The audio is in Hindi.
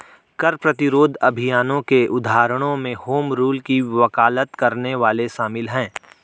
कर प्रतिरोध अभियानों के उदाहरणों में होम रूल की वकालत करने वाले शामिल हैं